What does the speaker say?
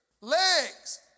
legs